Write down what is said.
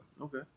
Okay